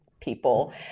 people